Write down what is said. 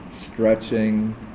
stretching